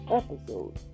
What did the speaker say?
episode